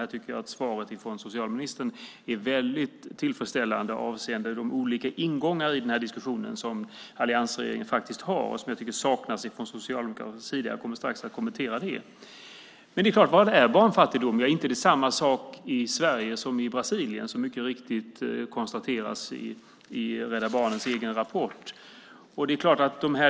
Här tycker jag att svaret från socialministern är väldigt tillfredsställande avseende de olika ingångar i den här diskussionen som alliansregeringen faktiskt har och som jag tycker saknas från Socialdemokraternas sida. Jag kommer strax att kommentera det. Men vad är barnfattigdom? Inte är det samma sak i Sverige som i Brasilien, som mycket riktigt konstateras i Rädda Barnens egen rapport.